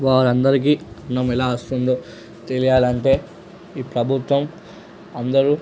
వారందరికీ అన్నం ఎలా వస్తుందో తెలియాలంటే ఈ ప్రభుత్వం అందరూ